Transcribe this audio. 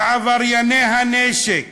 ועברייני הנשק